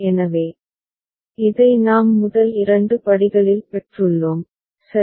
எனவே இதை நாம் முதல் இரண்டு படிகளில் பெற்றுள்ளோம் சரி